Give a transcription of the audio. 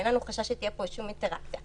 אין לנו חשש שתהיה פה שום אינטראקציה.